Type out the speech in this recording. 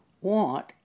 want